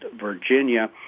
Virginia